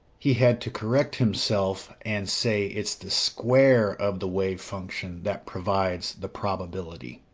he had to correct himself and say it's the square of the wave function that provides the probability.